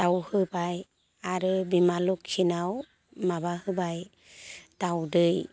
दाउ होबाय आरो बिमा लोखिनाव माबा होबाय दाउदै